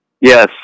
Yes